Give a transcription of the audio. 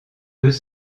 deux